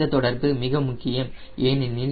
இந்த தொடர்பு மிக முக்கியம் ஏனெனில்